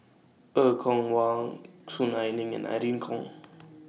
Er Kwong Wah Soon Ai Ling and Irene Khong